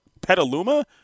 Petaluma